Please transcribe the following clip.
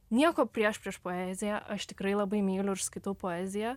nieko prieš prieš poeziją aš tikrai labai myliu ir skaitau poeziją